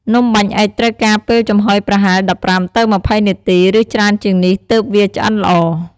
នំបាញ់អុិចត្រូវការពេលចំហុយប្រហែល ១៥ទៅ២០ នាទី ឬ ច្រើនជាងនេះ ទើបវាឆ្អិនល្អ។